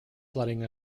flooding